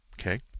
Okay